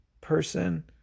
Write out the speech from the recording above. person